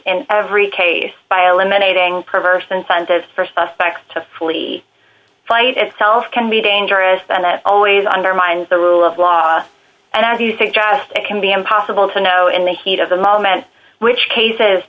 in every case by eliminating perverse incentives for a suspect to fully fight itself can be dangerous then it always undermines the rule of law and either you take drastic can be impossible to know in the heat of the moment which case